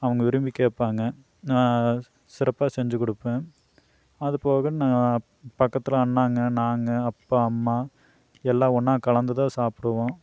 அவங்க விரும்பி கேட்பாங்க நான் சிறப்பாக செஞ்சிக் கொடுப்பேன் அதுபோக நான் பக்கத்தில் அண்ணாங்க நாங்கள் அப்பா அம்மா எல்லாம் ஒன்றாக கலந்து தான் சாப்பிடுவோம்